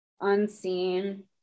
unseen